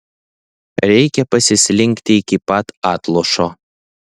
reikia pasislinkti iki pat atlošo